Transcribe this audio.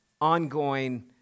ongoing